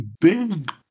big